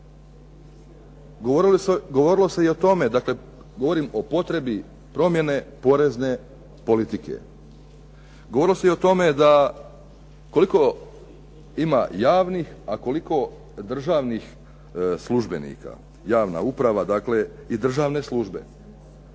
Govorilo se i o tome, dakle govorim o potrebi promjene porezne politike. Govorilo se i o tome da koliko ima javnih, a koliko državnih službenika, javna uprava dakle i državne službe.